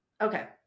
Okay